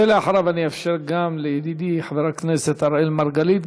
ואחריו אני אאפשר גם לידידי חבר הכנסת אראל מרגלית,